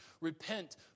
Repent